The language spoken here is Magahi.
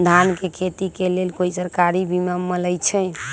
धान के खेती के लेल कोइ सरकारी बीमा मलैछई?